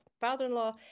father-in-law